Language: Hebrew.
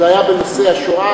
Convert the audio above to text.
זה היה בנושא השואה,